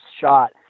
shot